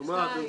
נו, מה?